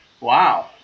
wow